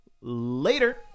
Later